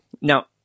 Now